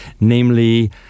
namely